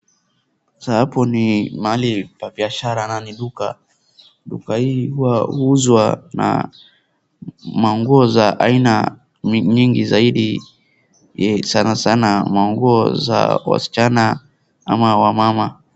Sasa hapo ni mahali pa biashara na ni duka. Duka hii huuzwa na manguo za aina nyingi zaidi sana sana manguo za wasichana ama wamama.